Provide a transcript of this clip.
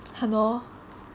!hannor!